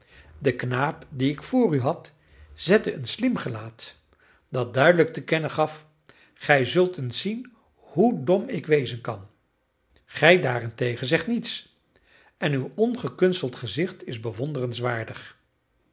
de knaap dien ik vr u had zette een slim gelaat dat duidelijk te kennen gaf gij zult eens zien hoe dom ik wezen kan gij daarentegen zegt niets en uw ongekunsteld gezicht is bewonderenswaardig